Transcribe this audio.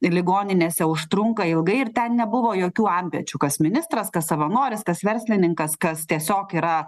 ligoninėse užtrunka ilgai ir ten nebuvo jokių antpečių kas ministras kas savanoris kas verslininkas kas tiesiog yra